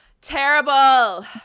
terrible